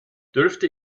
dürfte